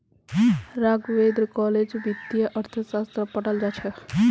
राघवेंद्र कॉलेजत वित्तीय अर्थशास्त्र पढ़ाल जा छ